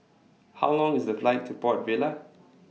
How Long IS The Flight to Port Vila